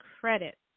credit